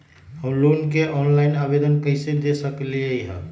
हम लोन के ऑनलाइन आवेदन कईसे दे सकलई ह?